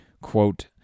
quote